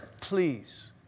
please